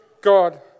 God